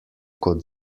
kot